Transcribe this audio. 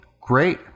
great